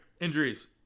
injuries